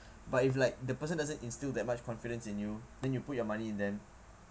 but if like the person doesn't instill that much confidence in you then you put your money in them